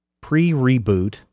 pre-reboot